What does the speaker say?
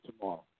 tomorrow